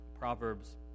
Proverbs